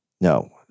no